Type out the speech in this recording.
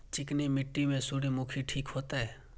चिकनी मिट्टी में सूर्यमुखी ठीक होते?